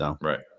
Right